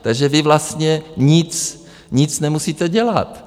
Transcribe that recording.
Takže vy vlastně nic nemusíte dělat.